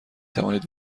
توانید